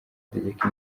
ategeka